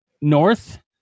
north